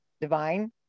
divine